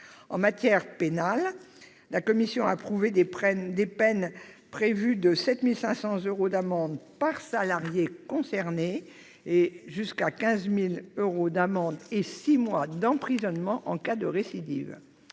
de sanctions pénales, la commission a approuvé les peines prévues de 7 500 euros d'amende par salarié concerné, puis de 15 000 euros d'amende et de six mois d'emprisonnement en cas de récidive.